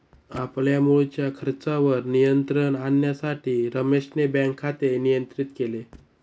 आपल्या मुळच्या खर्चावर नियंत्रण आणण्यासाठी रमेशने बँक खाते नियंत्रित केले